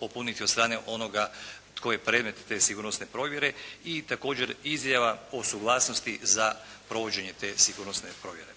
popuniti od strane onoga tko je predmet te sigurnosne provjere i također izjava o suglasnosti za provođenje te sigurnosne provjere.